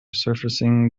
surfacing